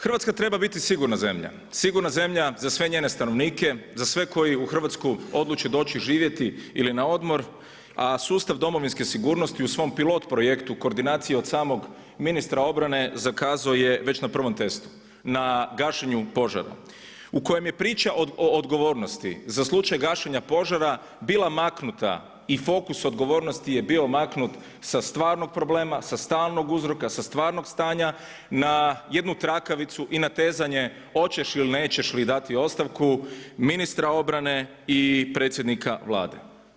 Hrvatska treba biti sigurna zemlja, sigurna zemlja za sve njene stanovnike, za sve koji u Hrvatsku odluče doći živjeti ili na odmor a sustav domovinske sigurnosti u svom pilot projektu koordinacije od samog ministra obrane zakazuje već na prvom tekstu, na gašenju požara u kojem je priča o odgovornosti za slučaj gašenja požara bila maknuta i fokus odgovornosti je bio maknut sa stvarnog problema, sa stalnog uzroka, sa stvarnog stanja na jednu trakavicu i natezanje hoćeš li ili nećeš dati ostavku ministra obrane i predsjednika Vlade.